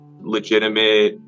legitimate